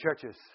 churches